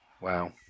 Wow